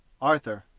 arthur.